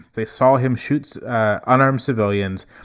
they saw him shoots unarmed civilians.